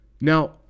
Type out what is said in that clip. Now